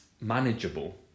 manageable